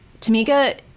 Tamika